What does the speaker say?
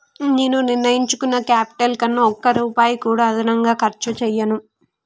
నేను నిర్ణయించుకున్న క్యాపిటల్ కన్నా ఒక్క రూపాయి కూడా అదనంగా ఖర్చు చేయను